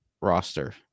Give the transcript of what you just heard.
roster